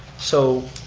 so,